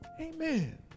Amen